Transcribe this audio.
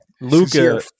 Luca